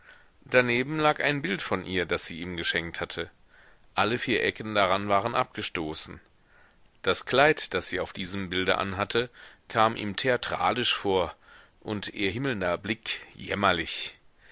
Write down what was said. daneben lag ein bild von ihr das sie ihm geschenkt hatte alle vier ecken daran waren abgestoßen das kleid das sie auf diesem bilde anhatte kam ihm theatralisch vor und ihr himmelnder blick jämmerlich